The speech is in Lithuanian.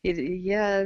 ir jie